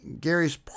Gary's